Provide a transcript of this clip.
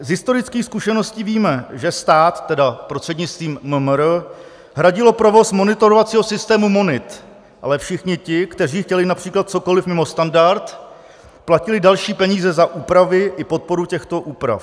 Z historických zkušeností víme, že stát prostřednictvím MMR hradil provoz monitorovacího systému Monit, ale všichni ti, kteří chtěli například cokoliv mimo standard, platili další peníze za úpravy i podporu těchto úprav.